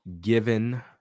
Given